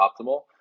optimal